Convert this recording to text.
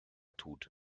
tut